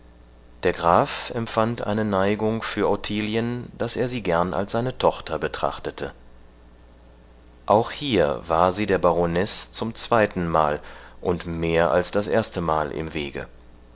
der graf empfand eine neigung für ottilien daß er sie gern als seine tochter betrachtete auch hier war sie der baronesse zum zweitenmal und mehr als das erstemal im wege